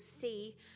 see